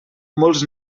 molts